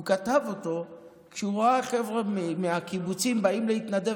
והוא כתב אותו כשהוא ראה חבר'ה מהקיבוצים באים להתנדב